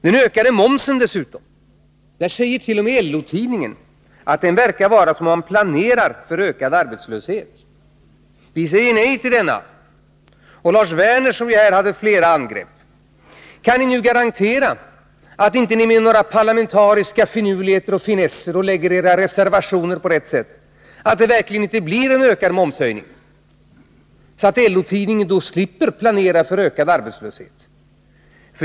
När det dessutom gäller den ökade momsen säger t.o.m. LO-tidningen att det verkar som om man planerar för ökad arbetslöshet. Vi säger nej till denna. Till Lars Werner, som här gjorde flera angrepp, vill jag säga: Kan ni garantera att ni, genom några parlamentariska finurligheter och finesser, lägger era reservationer så att det verkligen inte blir någon momshöjning? Då slipper ju LO-tidningen planera för ökad arbetslöshet.